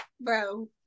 bro